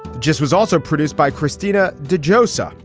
just was also produced by christina de josiah.